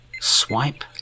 Swipe